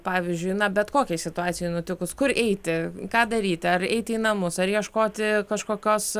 pavyzdžiui bet kokiai situacijai nutikus kur eiti ką daryti ar eiti į namus ar ieškoti kažkokios